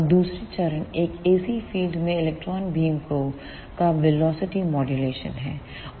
और दूसरा चरण एक AC फील्ड में इलेक्ट्रॉन बीम का वेलोसिटी मॉड्यूलेशन है